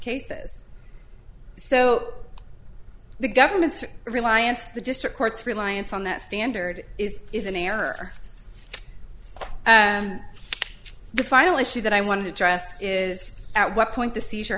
cases so the government's reliance the district courts reliance on that standard is is an error the final issue that i wanted to address is at what point the seizure